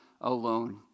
alone